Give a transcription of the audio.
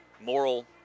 moral